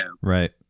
Right